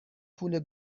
پول